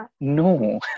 no